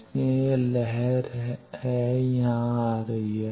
इसलिए यह लहर यहां आ रही है